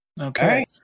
Okay